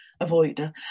avoider